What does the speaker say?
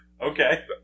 Okay